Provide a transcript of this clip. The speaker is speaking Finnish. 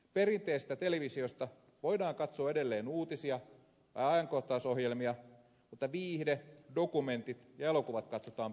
perinteisestä televisiosta voidaan katsoa edelleen uutisia ja ajankohtaisohjelmia mutta viihde dokumentit ja elokuvat katsotaan pilvestä